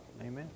amen